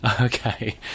Okay